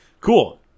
Cool